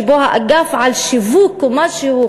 שבו האגף של שיווק או משהו,